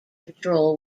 patrol